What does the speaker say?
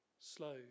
slow